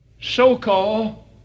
so-called